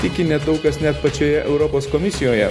tiki nedaug kas net pačioje europos komisijoje